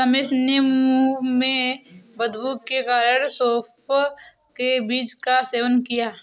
रमेश ने मुंह में बदबू के कारण सौफ के बीज का सेवन किया